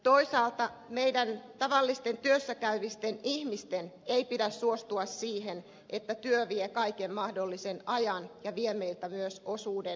toisaalta meidän tavallisten työssä käyvien ihmisten ei pidä suostua siihen että työ vie kaiken mahdollisen ajan ja vie meiltä myös osuuden lähimmäisyyteen